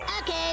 Okay